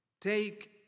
take